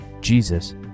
Jesus